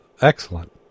Excellent